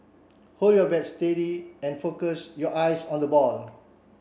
hold your bat steady and focus your eyes on the ball